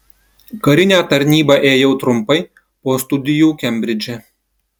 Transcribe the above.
karinę tarnybą ėjau trumpai po studijų kembridže